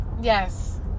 Yes